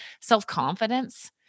self-confidence